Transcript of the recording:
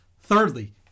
Thirdly